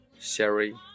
Sherry